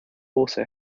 also